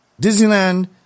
Disneyland